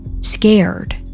Scared